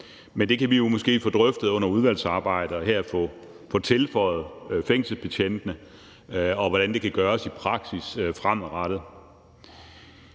Men det kan vi jo måske få drøftet under udvalgsarbejdet, altså at tilføje fængselsbetjentene, og hvordan det kan gøres i praksis fremadrettet.